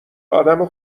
آدم